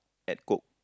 at coke